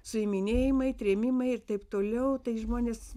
suiminėjimai trėmimai ir taip toliau tai žmonės